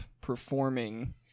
performing